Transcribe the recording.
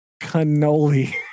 cannoli